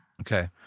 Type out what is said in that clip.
Okay